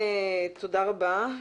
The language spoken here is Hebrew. תודה רבה.